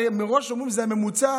הרי מראש אומרים שזה הממוצע,